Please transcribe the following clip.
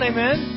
Amen